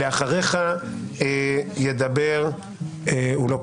אחריך תדבר אורית